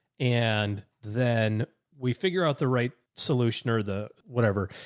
and then we figure out the right solution or the whatever,